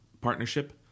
partnership